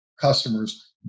customers